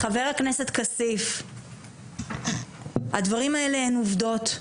חבר הכנסת כסיף, הדברים האלה הם עובדות.